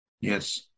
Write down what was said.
Yes